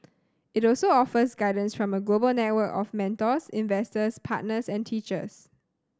it also offers guidance from a global network of mentors investors partners and teachers